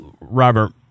Robert